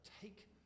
take